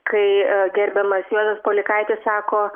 kai gerbiamas juozas polikaitis sako